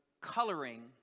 coloring